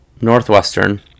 Northwestern